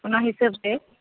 ᱚᱱᱟ ᱦᱤᱥᱟᱹᱵ ᱛᱮ